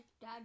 dad